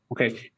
Okay